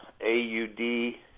A-U-D